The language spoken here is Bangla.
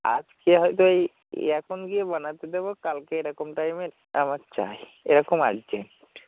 আজকে হয়তো এই এই এখন গিয়ে বানাতে দেবো কালকে এরকম টাইমে আমার চাই এরকম আর্জেন্ট